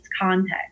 context